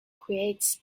creates